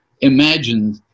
imagined